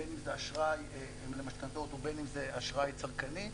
בין אם זה אשראי למשכנתאות ובין אם זה אשראי צרכני,